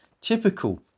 typical